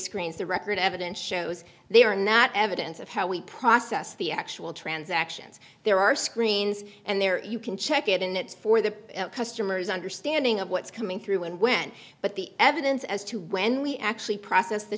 screens the record evidence shows they are not evidence of how we process the actual transactions there are screens and there you can check it in it's for the customer's understanding of what's coming through and when but the evidence as to when we actually process the